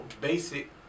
basic